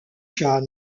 jan